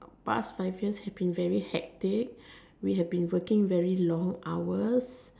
our past I feel have been very hectic we have been working very long hours